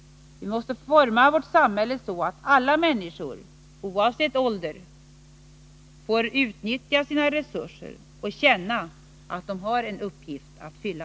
Vi måste forma vårt samhälle så, att alla människor oavsett ålder får utnyttja sina resurser och känna att de har en uppgift att fylla.